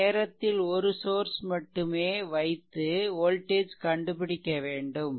ஒரு நேரத்தில் ஒரு சோர்ஸ் மட்டும் வைத்து வோல்டேஜ் கண்டுபிடிக்க வேண்டும்